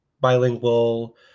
bilingual